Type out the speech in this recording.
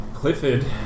Clifford